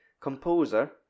composer